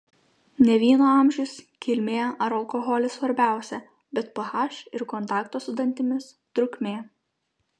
ne vyno amžius kilmė ar alkoholis svarbiausia bet ph ir kontakto su dantimis trukmė